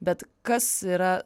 bet kas yra